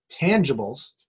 tangibles